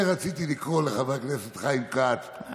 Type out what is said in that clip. רציתי לקרוא לחבר הכנסת חיים כץ,